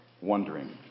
wondering